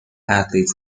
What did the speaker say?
athletes